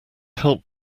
help